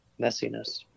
messiness